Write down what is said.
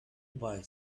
bye